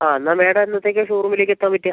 ആ എന്നാൽ മാഡം എന്നത്തേക്കാണ് ഷോറൂമിലേക്ക് എത്താൻ പറ്റുക